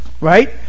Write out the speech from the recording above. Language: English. Right